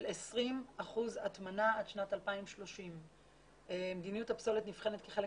של 20 אחוזים הטמנה עד שנת 2030. מדיניות הפסולת נבחנת כחלק